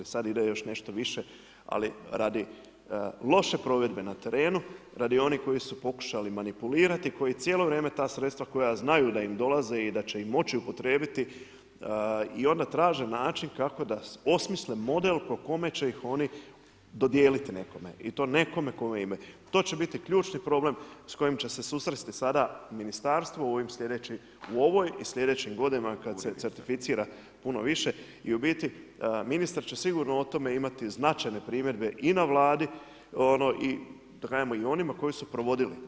Sad ide još nešto više, ali radi loše provedbe na terenu, radi onih koji su pokušali manipulirati, koji cijelo vrijeme ta sredstva koja znaju da im dolaze i da će ih moći upotrijebiti i ona traže način kako da osmisle model po kojem će ih oni dodijeliti nekome i to nekome kome ... To će biti ključni problem s kojim će se susresti sada ministarstvo u ovoj i slijedećim godinama kad se certificira puno više i u biti, ministar će sigurno o tome imati značajne primjedbe i na Vladi i da kažemo i onima koji su provodili.